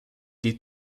des